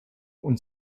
und